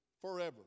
Forever